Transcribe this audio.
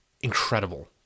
incredible